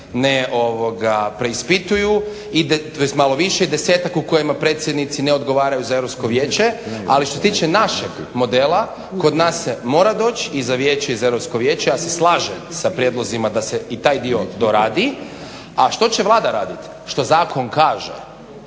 ne preispituju tj. malo više i desetak u kojima predsjednici ne odgovaraju za Europsko vijeće. Ali što se tiče našeg modela kod nas se mora doći i za vijeće i za Europsko vijeće. Ja se slažem sa prijedlozima da se i taj dio doradi. A što će Vlada raditi? što zakon kaže.